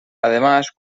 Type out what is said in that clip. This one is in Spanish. además